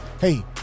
hey